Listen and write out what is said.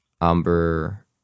amber